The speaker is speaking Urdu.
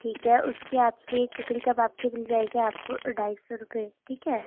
ٹھیک ہے اس کے آپ کے ککڑی کباب کے مل جائینگے آپ کو ڈھائی سو روپئے ٹھیک ہے